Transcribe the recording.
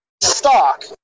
stock